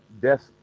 death